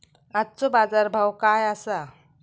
आजचो बाजार भाव काय आसा?